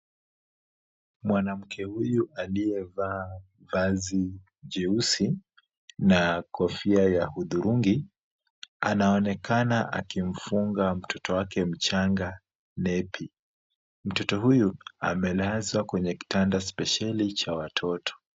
Mwanamke huyu aliyevaa vazi jeusi na kofia ya hudhurungi, anaonekana akimfunga mtoto wake mchanga nepi . Mtoto huyu amelazwa kwenye kitanda spesheli cha watoto.